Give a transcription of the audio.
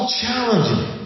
challenging